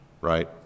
right